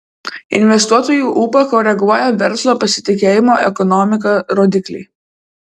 investuotojų ūpą koreguoja verslo pasitikėjimo ekonomika rodikliai